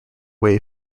way